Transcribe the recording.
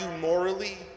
morally